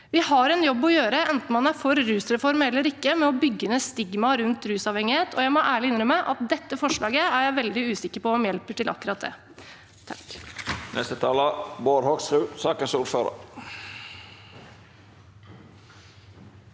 Vi har en jobb å gjøre, enten man er for rusreform eller ikke, med å bygge ned stigma rundt rusavhengighet, og jeg må ærlig innrømme at dette forslaget er jeg veldig usikker på om hjelper til med akkurat det.